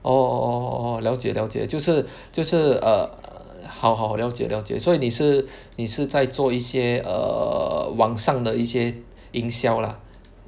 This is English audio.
orh orh 了解了解就是就是 err 好好了解了解所以你是你是在做一些 err 网上的一些营销 lah